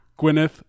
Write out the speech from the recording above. Gwyneth